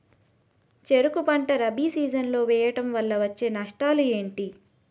చెరుకు పంట రబీ సీజన్ లో వేయటం వల్ల వచ్చే నష్టాలు ఏంటి?